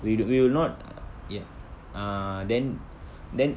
w~ we will not ye~ ah then then